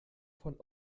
von